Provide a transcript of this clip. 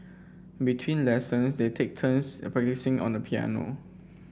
between lessons they take turns on the piano